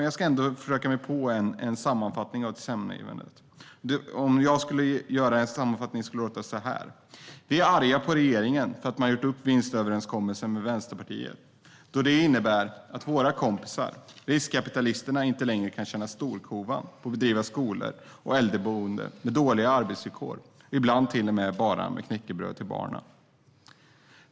Jag ska ändå försöka mig på en sammanfattning av tillkännagivandet. Min sammanfattning skulle låta som följer: Vi är arga på att regeringen har gjort upp vinstöverenskommelsen med Vänsterpartiet, eftersom det innebär att våra kompisar, riskkapitalisterna, inte längre kan tjäna storkovan på att bedriva skolor och äldreboenden med dåliga arbetsvillkor och ibland till och med bara knäckebröd till barnen.